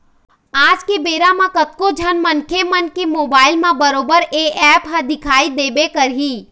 आज के बेरा म कतको झन मनखे मन के मोबाइल म बरोबर ये ऐप ह दिखउ देबे करही